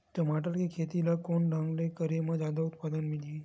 टमाटर के खेती ला कोन ढंग से करे म जादा उत्पादन मिलही?